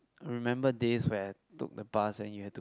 remember days when I took the bus and you have to